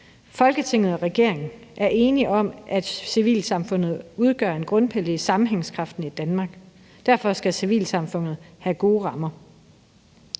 »Folketinget og regeringen er enige om, at civilsamfundet udgør en grundpille for sammenhængskraften i Danmark. Derfor skal civilsamfundet fortsat have gode rammer.